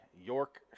York